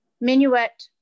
Minuet